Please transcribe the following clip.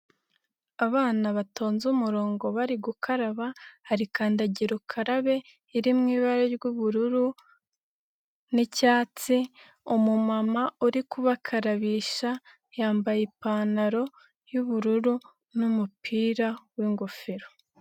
Abana batonze umurongo bari gukaraba, hari kandagira ukarabe iri mu ibara ry'ubururu n'icyatsi, umumama uri kubakarabisha yambaye ipantaro y'ubururu n'umupira w'ingofero.